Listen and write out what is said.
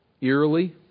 Eerily